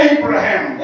Abraham